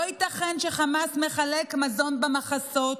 לא ייתכן שחמאס מחלק מזון במחסות,